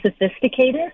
sophisticated